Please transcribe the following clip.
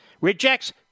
rejects